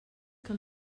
que